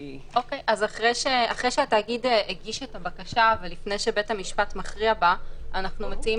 אחרי שהתאגיד הגיש את הבקשה ולפני שבית המשפט מכריע בה אנחנו מציעים